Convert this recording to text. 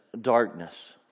darkness